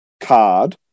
card